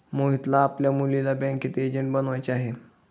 मोहितला आपल्या मुलीला बँकिंग एजंट बनवायचे आहे